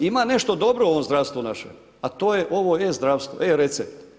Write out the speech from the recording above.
Ima nešto dobro u ovom zdravstvu našem, a to je ovo e-zdravstvo, e-recept.